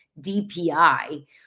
DPI –